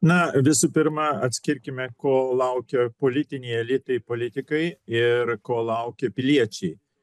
na visų pirma atskirkime ko laukia politiniai elitai politikai ir ko laukia piliečiai